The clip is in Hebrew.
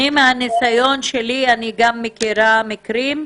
מהניסיון שלי, אני גם מכירה מקרים,